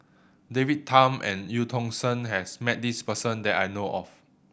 David Tham and Eu Tong Sen has met this person that I know of